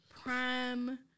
prime